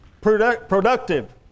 productive